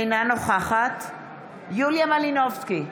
אינה נוכחת יוליה מלינובסקי,